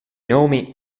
nomi